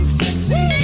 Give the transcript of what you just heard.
sexy